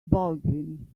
baldwin